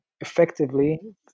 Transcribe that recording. effectively